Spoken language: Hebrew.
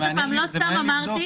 לא סתם אמרתי,